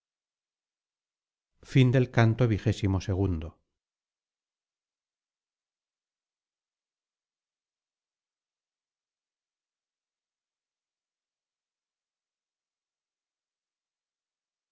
son del canto